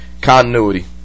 Continuity